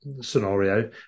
scenario